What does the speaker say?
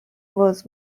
was